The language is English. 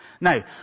Now